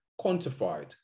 quantified